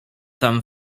tam